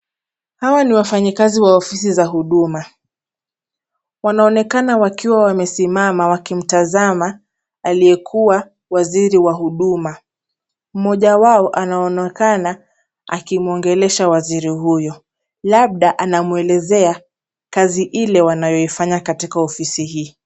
Hawa ni wafanyikazi wa ofisi za huduma, wanaonekana wakiwa wamesimama wakimtazama aliyekuwa waziri wa huduma, mmoja wao anaonekana akimwongelesha waziri huyo labda, anamwelezea kazi ile wanayoifanya katika ofisi hii.